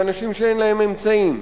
לאנשים שאין להם אמצעים,